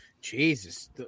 Jesus